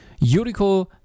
Yuriko